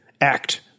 act